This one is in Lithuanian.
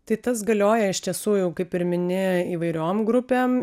tai tas galioja iš tiesų jau kaip ir mini įvairiom grupėm